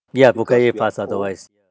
ya otherwise